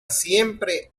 siempre